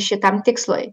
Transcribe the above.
šitam tikslui